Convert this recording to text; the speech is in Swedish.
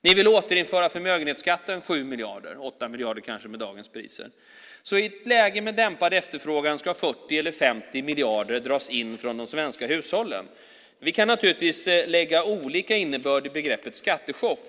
Ni vill återinföra förmögenhetsskatten på 7 miljarder, eller kanske 8 miljarder med dagens priser. I ett läge med dämpad efterfrågan ska 40 eller 50 miljarder dras in från de svenska hushållen. Vi kan naturligtvis lägga olika innebörd i begreppet skattechock.